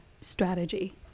strategy